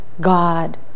God